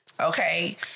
Okay